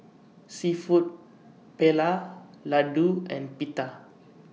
Seafood Paella Ladoo and Pita